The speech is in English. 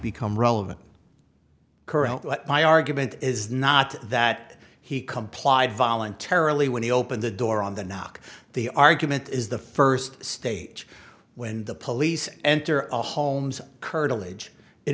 become relevant current my argument is not that he complied voluntarily when he opened the door on the knock the argument is the first stage when the police enter a home's curtilage it